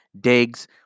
digs